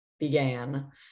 began